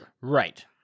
Right